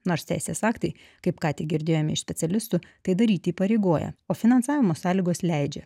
nors teisės aktai kaip ką tik girdėjome iš specialistų tai daryti įpareigoja o finansavimo sąlygos leidžia